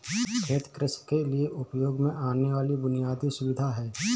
खेत कृषि के लिए उपयोग में आने वाली बुनयादी सुविधा है